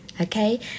Okay